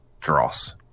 dross